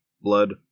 blood